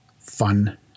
fun